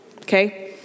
okay